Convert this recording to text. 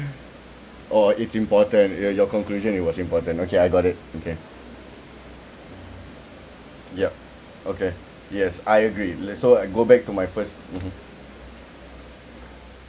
oh it's important y~ your conclusion it was important okay I got it okay yup okay yes I agree le~ so go back to my first mm